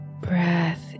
breath